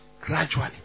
gradually